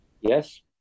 Yes